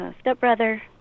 stepbrother